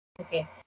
okay